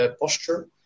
posture